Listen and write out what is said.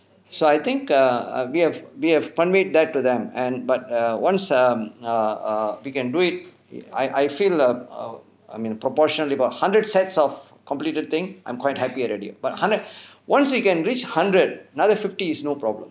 so I think err we have we have conveyed that to them and but err once um err err we can do it I I feel err proportionally about hundred sets of completed thing I'm quite happy already but hundred once we can reach hundred another fifty is no problem